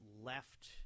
left